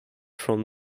from